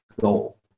goal